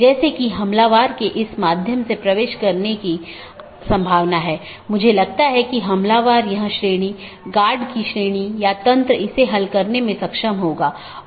दूसरे अर्थ में यह कहने की कोशिश करता है कि अन्य EBGP राउटर को राउटिंग की जानकारी प्रदान करते समय यह क्या करता है